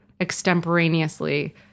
extemporaneously